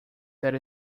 that